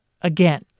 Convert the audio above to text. again